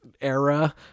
era